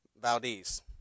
Valdez